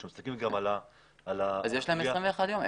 יש להם 21 ימים.